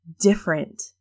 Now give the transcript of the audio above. different